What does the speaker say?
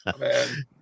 man